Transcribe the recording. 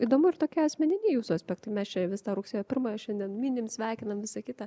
įdomu ir tokie asmeniniai jūsų aspektai mes čia vis tą rugsėjo pirmąją šiandien minim sveikinam visa kita